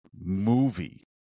movie